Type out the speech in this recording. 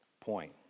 point